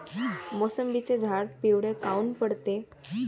मोसंबीचे झाडं पिवळे काऊन पडते?